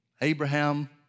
Abraham